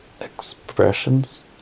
expressions